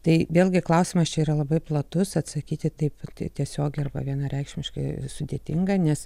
tai vėlgi klausimas čia yra labai platus atsakyti taip tai tiesiogiai arba vienareikšmiškai sudėtinga nes